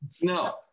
No